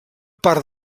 part